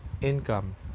income